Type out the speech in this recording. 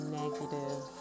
negative